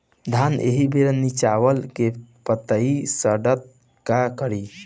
धान एही बेरा निचवा के पतयी सड़ता का करी?